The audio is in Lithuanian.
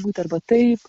būti arba taip